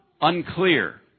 unclear